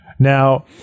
Now